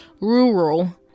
rural